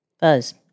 Buzz